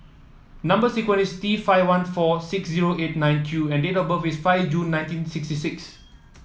number sequence is T five one four six zero eight nine Q and date of birth is five June nineteen sixty six